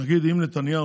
נגיד אם נתניהו,